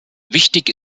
wichtig